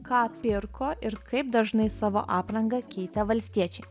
ką pirko ir kaip dažnai savo aprangą keitė valstiečiai